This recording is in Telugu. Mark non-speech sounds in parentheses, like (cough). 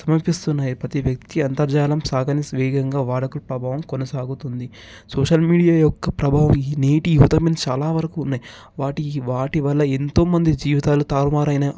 సమర్పిస్తున్నాయి ప్రతీవ్యక్తి అంతర్జాలం (unintelligible) వేగంగా వాడకునే ప్రభావం కొనసాగుతుంది సోషల్ మీడియా యొక్క ప్రభావం ఈ నేటి యువత మీద చాలావరకు ఉన్నాయి వాటి ఈ వాటివల్ల ఎంతోమంది జీవితాలు తారుమారు అయ్యేనో